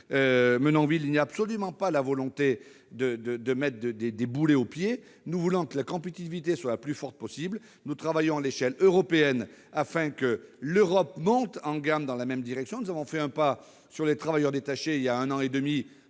Menonville, notre volonté n'est pas de peser sur les agriculteurs. Nous voulons que la compétitivité soit la plus forte possible. Nous travaillons à l'échelle européenne afin que l'Europe monte en gamme dans la même direction que nous. Nous avons fait un pas sur les travailleurs détachés il y a un an et demi,